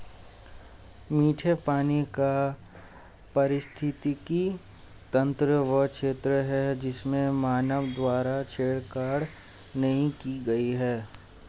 मीठे पानी का पारिस्थितिकी तंत्र वह क्षेत्र है जिसमें मानव द्वारा छेड़छाड़ नहीं की गई है